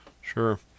sure